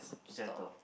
gentle